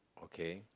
okay